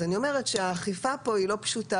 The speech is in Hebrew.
אז אני אומרת שהאכיפה פה לא פשוטה,